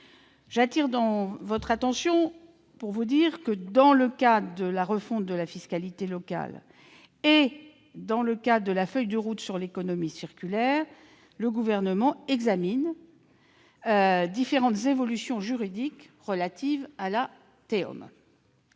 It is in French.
J'appelle votre attention sur le fait que, dans le cadre de la refonte de la fiscalité locale et dans le cadre de la feuille de route sur l'économie circulaire, le Gouvernement examine différentes évolutions juridiques relatives à la TEOM.